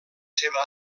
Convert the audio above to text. seva